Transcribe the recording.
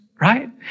right